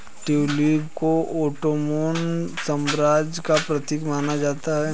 tulip को Ottoman साम्राज्य का प्रतीक माना जाता है